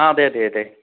ആ അതെ അതെയതെ